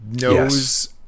knows